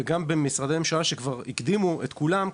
וגם במשרדי ממשלה שכבר הקדימו את כולם,